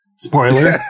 Spoiler